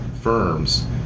firms